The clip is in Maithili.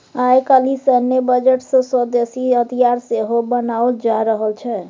आय काल्हि सैन्य बजट सँ स्वदेशी हथियार सेहो बनाओल जा रहल छै